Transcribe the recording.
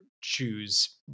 choose